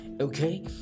Okay